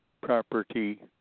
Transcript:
property